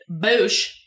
boosh